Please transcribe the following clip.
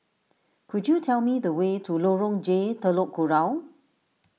could you tell me the way to Lorong J Telok Kurau